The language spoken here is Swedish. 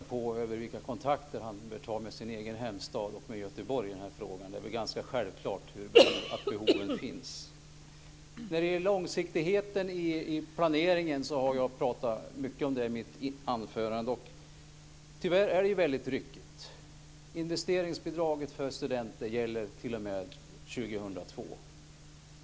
Fru talman! Det är verkligen anledning för statsrådet att fundera över vilka kontakter han har med sin hemstad och med Göteborg i den här frågan. Det är väl ganska självklart att det här behovet finns. Jag talade i mitt anförande mycket om behovet av långsiktighet i planeringen. Tyvärr är planeringen väldigt ryckig. Investeringsbidraget för studentlägenheter gäller t.o.m. 2002.